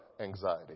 anxiety